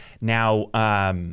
Now